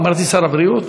אמרתי "שר הבריאות"?